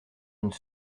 une